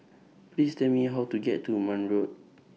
Please Tell Me How to get to Marne Road